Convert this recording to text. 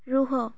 ରୁହ